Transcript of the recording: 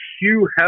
Hugh